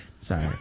Sorry